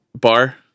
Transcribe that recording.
bar